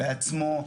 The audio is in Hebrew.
בעצמו,